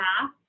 half